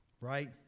right